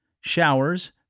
showers